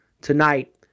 tonight